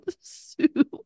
soup